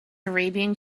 arabian